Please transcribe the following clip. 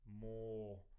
more